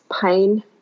pain